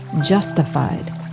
justified